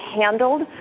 handled